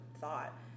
thought